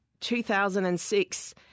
2006